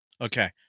Okay